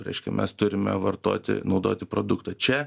reiškia mes turime vartoti naudoti produktą čia